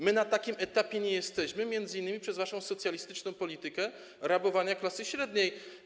My na takim etapie nie jesteśmy, m.in. przez waszą socjalistyczną politykę rabowania klasy średniej.